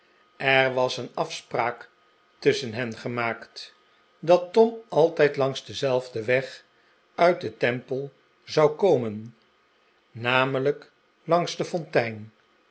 er was een afspraak tusschen hen gemaakt dat tom altijd langs denzelfden weg uit den temple zou komen r namelijk langs de fontein